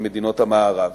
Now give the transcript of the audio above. של מדינות המערב.